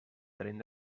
talent